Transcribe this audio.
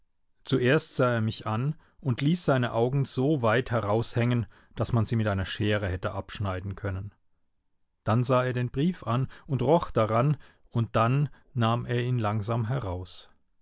zuerst sah er mich an und ließ seine augen so weit heraushängen daß man sie mit einer schere hätte abschneiden können dann sah er den brief an und roch daran und dann nahm er ihn langsam heraus